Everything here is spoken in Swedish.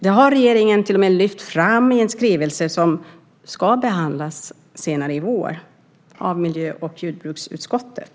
Det har regeringen också lyft fram i en skrivelse som senare i vår ska behandlas av miljö och jordbruksutskottet.